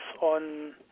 on